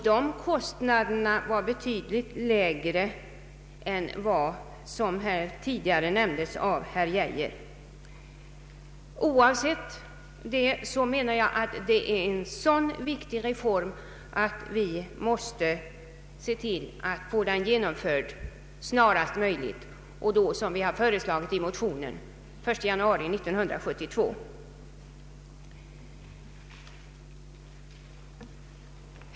Beräkningarna visar betydligt lägre kostnader än vad som här tidigare nämndes av herr Geijer. Jag anser att reformen är så viktig att vi måste se till att få den genomförd snarast möjligt. I motionen har vi, som sagt, föreslagit den 1 januari 1972.